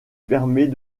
permet